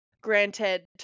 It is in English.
granted